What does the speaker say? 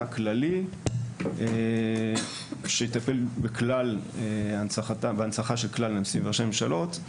כללי שיטפל בהנצחה של כלל הנשיאים וראשי ממשלות.